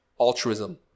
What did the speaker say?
altruism